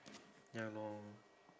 ya lor